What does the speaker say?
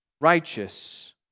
righteous